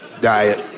diet